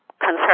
concern